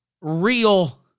real